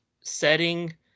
setting